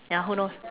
ya who knows